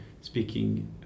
speaking